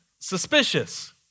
Suspicious